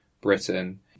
Britain